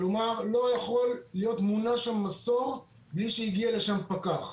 כלומר לא יכול להיות מונע שם משור בלי שהגיע לשם פקח.